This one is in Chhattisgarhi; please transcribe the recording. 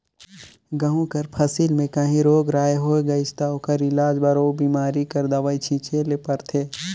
गहूँ कर फसिल में काहीं रोग राई होए गइस ता ओकर इलाज बर ओ बेमारी कर दवई छींचे ले परथे